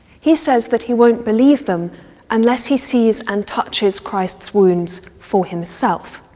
he says that he won't believe them unless he sees and touches christ's wounds for himself.